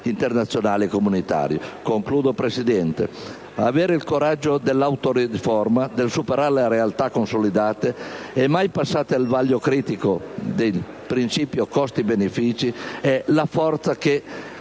internazionali e comunitarie. Avere il coraggio dell'autoriforma, superare le realtà consolidate e mai passate al vaglio critico del principio costi-benefici è la forza che